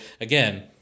again